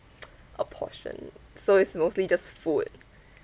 a portion so it's mostly just food